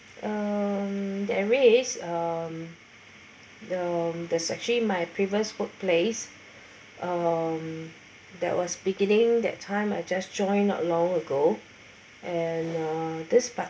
um that raise um there's actually my previous workplace um that was beginning that time I just joined not long ago and uh this